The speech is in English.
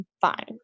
fine